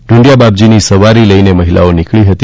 ઢૂંઢિયા બાપજીની સવારી લઈને મહિલાઓ નીકળી હતી